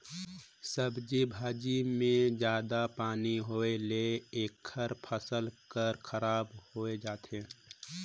सब्जी भाजी मे जादा पानी होए ले एखर फसल हर खराब होए जाथे